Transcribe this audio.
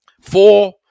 four